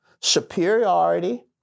superiority